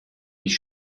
mich